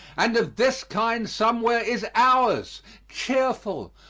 and of this kind somewhat is ours cheerful,